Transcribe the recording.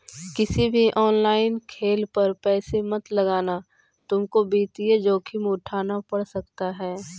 किसी भी ऑनलाइन खेल पर पैसे मत लगाना तुमको वित्तीय जोखिम उठान पड़ सकता है